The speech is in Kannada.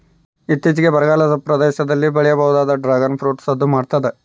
ಇತ್ತೀಚಿಗೆ ಬರಗಾಲದ ಪ್ರದೇಶದಲ್ಲಿ ಬೆಳೆಯಬಹುದಾದ ಡ್ರಾಗುನ್ ಫ್ರೂಟ್ ಸದ್ದು ಮಾಡ್ತಾದ